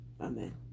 Amen